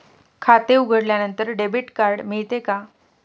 खाते उघडल्यानंतर debit card मिळते का?